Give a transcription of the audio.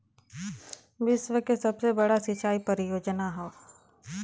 विश्व के सबसे बड़ा सिंचाई परियोजना हौ